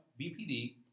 BPD